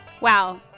Wow